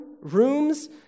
rooms